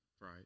right